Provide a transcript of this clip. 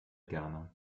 gerne